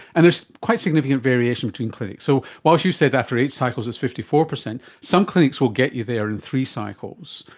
and there's quite significant variation between clinics. so whilst you said that after eight cycles it's fifty four percent, some clinics will get you there in three cycles.